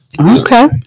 Okay